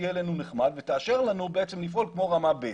תהיה אלינו נחמד ותאשר לנו לפעול כמו רמה ב',